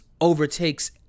overtakes